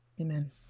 Amen